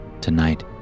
Tonight